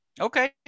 Okay